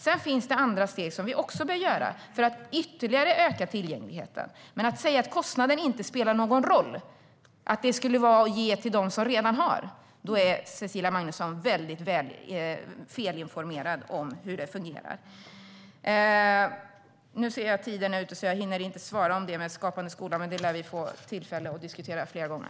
Sedan finns det andra steg vi också bör ta för att ytterligare öka tillgängligheten, men när Cecilia Magnusson säger att kostnaden inte spelar någon roll och att det skulle vara att ge till dem som redan har är hon väldigt felinformerad om hur det fungerar. Jag ser att min talartid är slut, så jag hinner inte svara när det gäller Skapande skola. Det lär vi dock få tillfälle att diskutera fler gånger.